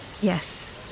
Yes